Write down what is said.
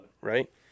Right